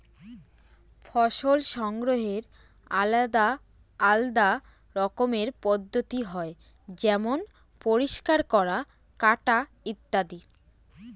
ফসল সংগ্রহের আলাদা আলদা রকমের পদ্ধতি হয় যেমন পরিষ্কার করা, কাটা ইত্যাদি